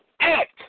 act